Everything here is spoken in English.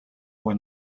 were